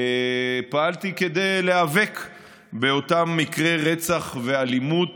כדי להיאבק באותם מקרי רצח ואלימות